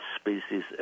species